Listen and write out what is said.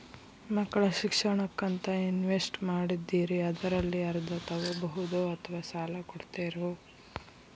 ಮಕ್ಕಳ ಶಿಕ್ಷಣಕ್ಕಂತ ಇನ್ವೆಸ್ಟ್ ಮಾಡಿದ್ದಿರಿ ಅದರಲ್ಲಿ ಅರ್ಧ ತೊಗೋಬಹುದೊ ಅಥವಾ ಸಾಲ ಕೊಡ್ತೇರೊ?